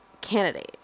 candidate